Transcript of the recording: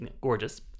gorgeous